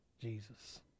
Jesus